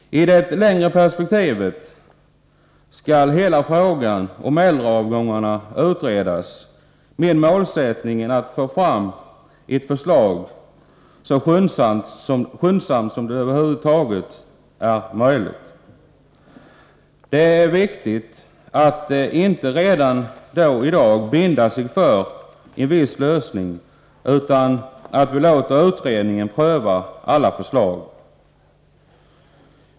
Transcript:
I det längre perspektivet skall hela frågan om äldreavgångarna utredas med målsättningen att få fram ett förslag så skyndsamt som det över huvud taget är möjligt. Det är viktigt att man inte redan i dag binder sig för en viss lösning, utan att man låter utredningen pröva alla förslag.